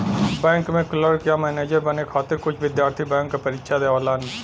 bank में clerk या manager बने खातिर कुछ विद्यार्थी बैंक क परीक्षा देवलन